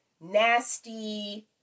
nasty